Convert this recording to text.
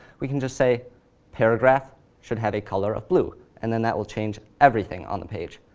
we can just say paragraph should have a color of blue. and then that will change everything on the page.